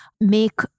make